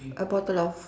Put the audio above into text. a bottle of